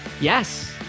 yes